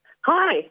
Hi